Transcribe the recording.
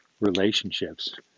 relationships